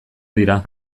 dira